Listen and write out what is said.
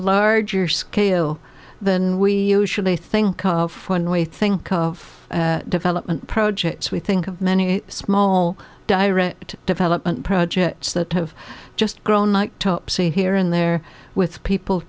larger scale than we usually think of when we think of development projects we think of many small direct development projects that have just grown like topsy here and there with people